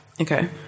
Okay